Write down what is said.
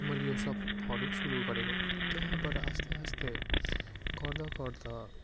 मैले यो सबहरू सुरु गरेको त्यहाँबाट आस्तेआस्ते गर्दागर्दा